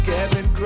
Kevin